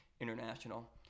international